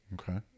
okay